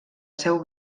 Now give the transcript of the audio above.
seu